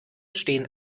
stehen